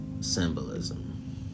symbolism